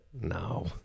no